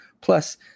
plus